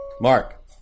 Mark